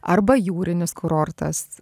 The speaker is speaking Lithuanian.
arba jūrinis kurortas